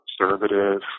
conservative